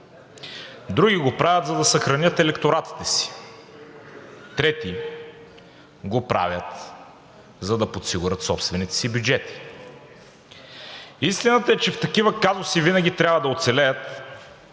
други го правят, за да съхранят електоратите си, трети го правят, за да подсигурят собствените си бюджети. Истината е, че в такива казуси винаги трябва да оцелеят,